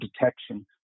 detection